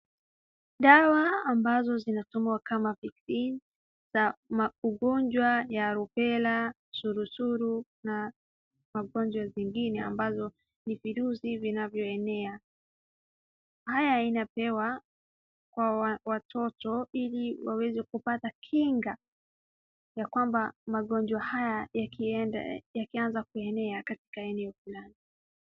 Dawa ambazo zinatumwa kama vaccine za ugonjwa ya rubella , surusuru na magonjwa zingine ambazo ni virusi vinavyoenea. Haya yanapewa kwa watoto ili waweze kupata kinga ya kwamba magonjwa haya yakienda yakianza kuenea katika eneo fulani.